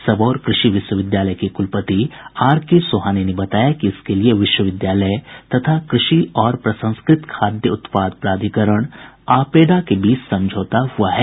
सबौर कृषि विश्वविद्यालय के कुलपति आरके सोहाने ने बताया कि इसके लिये विश्वविद्यालय तथा कृषि और प्रसंस्कृत खाद्य उत्पाद प्राधिकरण अपेडा के बीच समझौता हुआ है